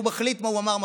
שהוא מחליט מה הוא אמר,